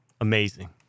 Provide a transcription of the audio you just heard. amazing